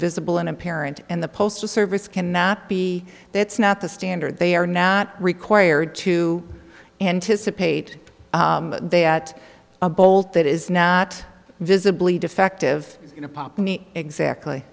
visible in a parent and the postal service cannot be that's not the standard they are not required to anticipate they at a bolt that is not visibly defective in a pump me exactly